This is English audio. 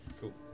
cool